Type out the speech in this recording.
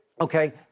Okay